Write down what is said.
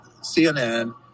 CNN